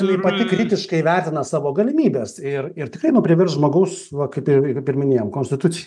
jinai pati kritiškai vertina savo galimybes ir ir tikrai nu priverst žmogaus va kaip ir minėjom konstitucija